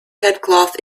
headcloth